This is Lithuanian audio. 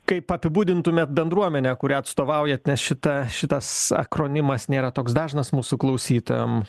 kaip apibūdintumėt bendruomenę kurią atstovaujat nes šita šitas akronimas nėra toks dažnas mūsų klausytojam